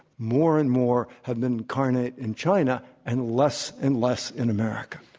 more and more, have been incarnate in china and less and less in america.